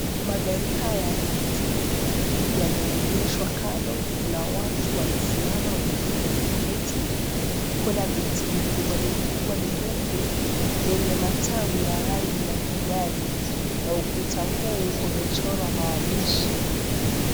Magari haya ya tukutuku yameegeshwa kando, kuna watu wamesimama wengine wameketi. Kuna miti mikubwa mikubwa mirefu yenye matawi ya rangi ya kijani na ukuta huu umechorwa maandishi.